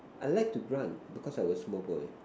I like to run because I was small boy